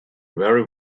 very